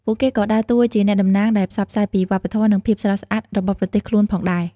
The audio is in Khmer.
ពួកគេក៏ដើរតួជាអ្នកតំណាងដែលផ្សព្វផ្សាយពីវប្បធម៌និងភាពស្រស់ស្អាតរបស់ប្រទេសខ្លួនផងដែរ។